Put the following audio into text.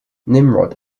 nimrod